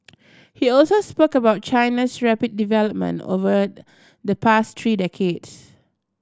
he also spoke about China's rapid development over the past three decades